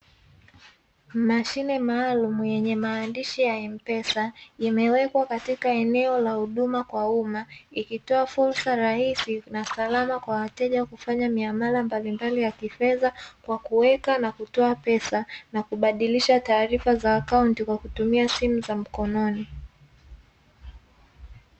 Mashine maalumu yenye maandishi ya "M-pesa", imewekwa katika eneo la huduma kwa umma, ikitoa fursa rahisi na salama kwa wateja kufanya miamala mbalimbali ya kifedha kwa kuweka na kutoa pesa na kubadilisha taarifa za akaunti kwa kutumia simu za mkononi.